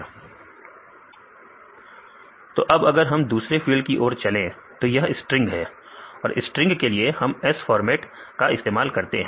विद्यार्थी स्ट्रिंग तो अब अगर हम दूसरे फील्ड की ओर चले तो यह स्ट्रिंग है और स्ट्रिंग के लिए हम s फॉर्मेट का इस्तेमाल करते हैं